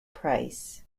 price